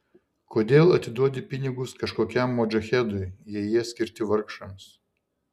kodėl atiduodi pinigus kažkokiam modžahedui jei jie skirti vargšams